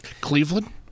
Cleveland